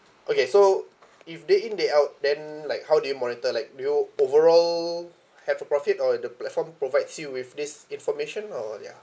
okay so if day in day out then like how do you monitor like do you overall have a profit or the platform provides you with this information or ya